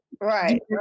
right